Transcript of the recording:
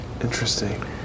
Interesting